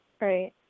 Right